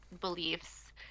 beliefs